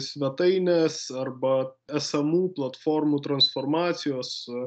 svetainės arba esamų platformų transformacijos